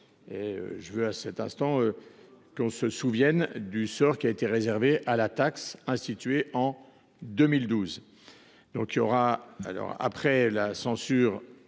Je veux qu’à cet instant chacun se souvienne du sort réservé à la taxe instituée en 2012. Après sa censure